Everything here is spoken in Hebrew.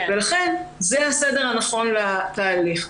לכן זה הסדר הנכון לתהליך.